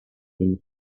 been